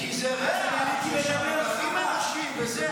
כי זה ריח, כי שם גרים אנשים וזה.